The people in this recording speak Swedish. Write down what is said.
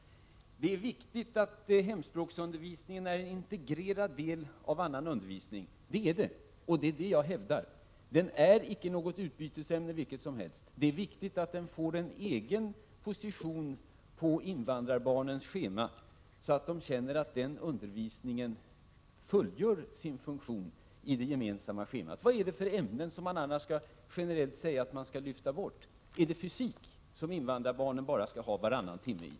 visningen Jag hävdar att det är viktigt att hemspråksundervisningen utgör en integrerad del av annan undervisning. Hemspråksundervisningen är icke vilket utbytesämne som helst. Det är viktigt att hemspråksundervisningen får en egen position på invandrarbarnens schema, så att de känner att den undervisningen fyller sin funktion i det gemensamma schemat. Vad är det för ämnen som man annars generellt kan säga skall lyftas bort? Är det fysik som invandrarbarnen skall ha varannan timme av?